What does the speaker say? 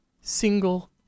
single